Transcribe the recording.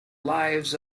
lives